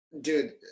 dude